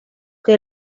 que